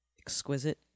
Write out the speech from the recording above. exquisite